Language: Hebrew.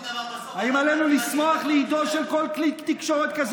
האם עלינו לשמוח לאידו של כל כלי תקשורת כזה